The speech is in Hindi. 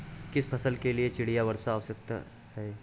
किस फसल के लिए चिड़िया वर्षा आवश्यक है?